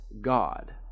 God